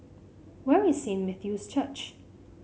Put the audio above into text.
where is Saint Matthew's Church